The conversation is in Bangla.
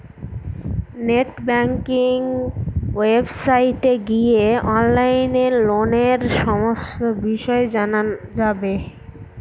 নেট ব্যাঙ্কিং ওয়েবসাইটে গিয়ে অনলাইনে লোনের সমস্ত বিষয় জানা যাবে